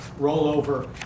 rollover